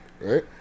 right